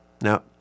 Now